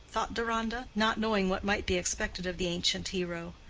thought deronda, not knowing what might be expected of the ancient hero.